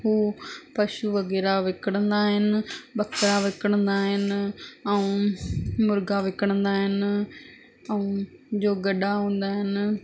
हू पशू वग़ैरह विकिणंदा आहिनि ॿकरा विकिणंदा आहिनि ऐं मुर्गा विकिणंदा आहिनि ऐं जो गॾा हूंदा आहिनि